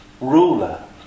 ruler